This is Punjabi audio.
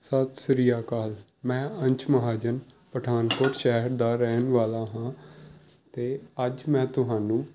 ਸਤਿ ਸ਼੍ਰੀ ਅਕਾਲ ਮੈਂ ਅੰਸ਼ ਮਹਾਜਨ ਪਠਾਨਕੋਟ ਸ਼ਹਿਰ ਦਾ ਰਹਿਣ ਵਾਲਾ ਹਾਂ ਅਤੇ ਅੱਜ ਮੈਂ ਤੁਹਾਨੂੰ